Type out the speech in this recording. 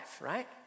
right